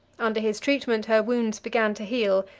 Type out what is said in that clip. under his treatment her wounds began to heal,